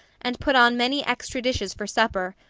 and put on many extra dishes for supper,